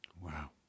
Wow